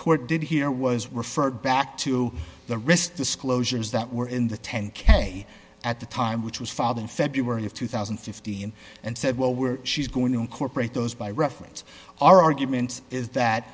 court did here was referred back to the risk disclosures that were in the ten k at the time which was fogged in february of two thousand and fifteen and said well we're she's going to incorporate those by reference our argument is that